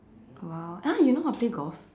!wow! !huh! you know how to play golf